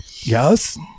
Yes